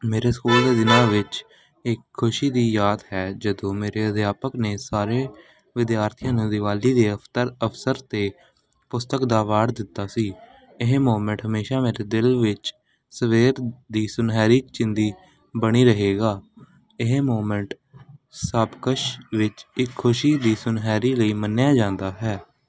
ਮੇਰੇ ਸਕੂਲ ਦੇ ਦਿਨਾਂ ਵਿੱਚ ਇੱਕ ਖੁਸ਼ੀ ਦੀ ਯਾਦ ਹੈ ਜਦੋਂ ਮੇਰੇ ਅਧਿਆਪਕ ਨੇ ਸਾਰੇ ਵਿਦਿਆਰਥੀਆਂ ਨੂੰ ਦਿਵਾਲੀ ਦੇ ਅਫਤਰ ਅਵਸਰ 'ਤੇ ਪੁਸਤਕ ਦਾ ਅਵਾਰਡ ਦਿੱਤਾ ਸੀ ਇਹ ਮੋਮੈਂਟ ਹਮੇਸ਼ਾਂ ਮੇਰੇ ਦਿਲ ਵਿੱਚ ਸਵੇਰ ਦੀ ਸੁਨਹਿਰੀ ਚਿੰਦੀ ਬਣੀ ਰਹੇਗਾ ਇਹ ਮੋਮੈਂਟ ਸਭ ਕੁਛ ਵਿੱਚ ਇਹ ਖੁਸ਼ੀ ਦੀ ਸੁਨਹਿਰੀ ਲਈ ਮੰਨਿਆ ਜਾਂਦਾ ਹੈ